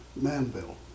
Manville